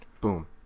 boom